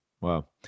Wow